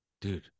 Dude